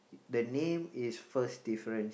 the name is first difference